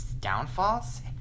downfalls